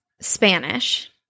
Spanish